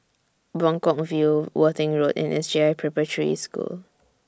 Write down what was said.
Buangkok View Worthing Road and S J I Preparatory School